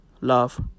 Love